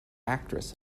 actress